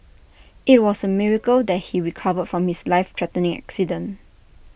IT was A miracle that he recovered from his life threatening accident